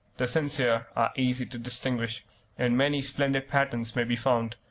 the sincere are easy to distinguish and many splendid patterns may be found,